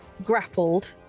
Grappled